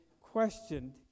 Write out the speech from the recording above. questioned